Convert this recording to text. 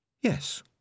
yes